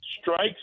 strikes